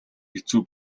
хэцүү